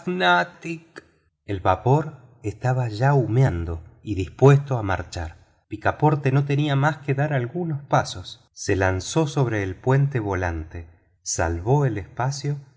el vapor estaba ya humeando y dispuesto a marchar picaporte no tenía más que dar algunos pasos se lanzó sobre el puente volante salvó el espacio